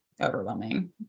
overwhelming